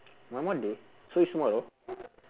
one more day so it's tomorrow